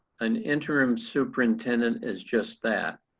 an interim superintendent is just that.